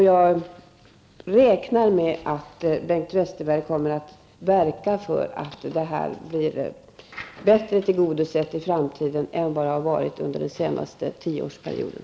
Jag räknar med att Bengt Westerberg kommer att verka för att dessa behov blir bättre tillgodosedda i framtiden än de har varit under den senaste tioårsperioden.